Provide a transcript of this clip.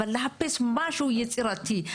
אבל לחפש משהו יצירתי,